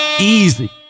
easy